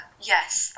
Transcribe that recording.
Yes